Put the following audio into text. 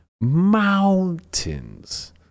mountains